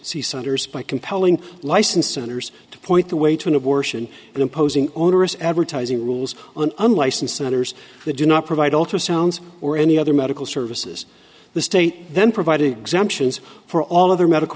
d centers by compelling license centers to point the way to an abortion and imposing onerous advertising rules on unlicensed senators who do not provide ultrasounds or any other medical services the state then provide exemptions for all other medical